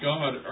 God